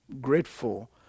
grateful